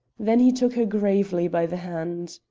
then he took her gravely by the hand.